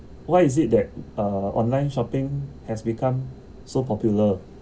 why is it that uh online shopping has become so popular